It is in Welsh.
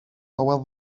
hywel